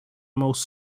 most